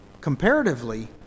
comparatively